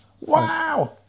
Wow